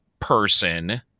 person